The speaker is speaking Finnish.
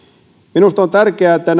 minusta on tärkeää että